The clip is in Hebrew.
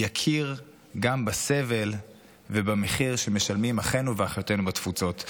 יכיר גם בסבל ובמחיר שמשלמים אחינו ואחיותינו בתפוצות.